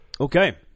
Okay